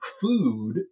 food